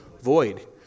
Void